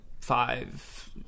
five